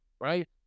right